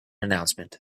announcement